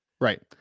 Right